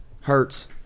Hurts